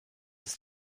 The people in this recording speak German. ist